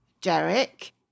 Derek